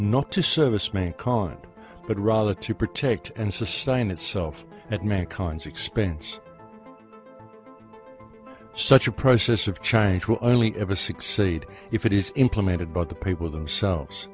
to service main card but rather to protect and sustain itself at mankind's expense such a process of chinese will only ever succeed if it is implemented by the people themselves